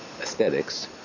aesthetics